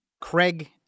Craig